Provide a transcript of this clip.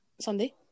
Sunday